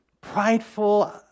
prideful